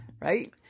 right